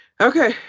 okay